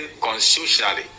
constitutionally